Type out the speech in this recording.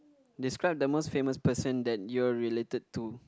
describe the most famous person that you are related to